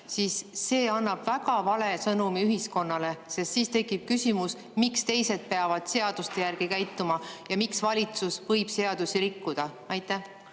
siis see annab väga vale sõnumi ühiskonnale, sest siis tekib küsimus, miks teised peavad seaduste järgi käituma ja miks valitsus võib seadusi rikkuda. Ma